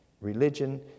Religion